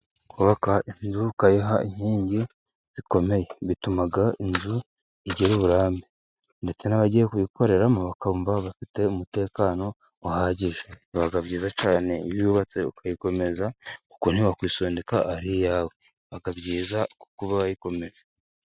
Kubaka inzu ukakayiha inkingi zikomeye, bituma inzu igira uburambe, ndetse n'abagiye kuyikoreramo bakumva bafite umutekano uhagije. Biba byiza cyane iyo uyubatse ukayikomeza, kuko ntiwakwisondeka ari iyawe. Biba byiza kuko uba wayikomeje.